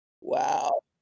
Wow